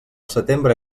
setembre